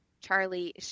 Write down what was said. Charlie